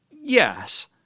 Yes